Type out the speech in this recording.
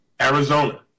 Arizona